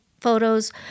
photos